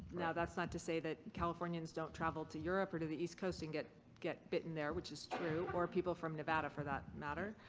now that's not to say that californians don't travel to europe or to the east coast and get get bitten there which is true or people from nevada for that matter.